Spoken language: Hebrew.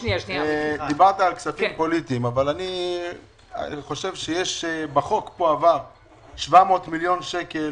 דיברת על כספים פוליטיים אבל בחוק עברו פה 700 מיליון שקל